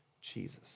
Jesus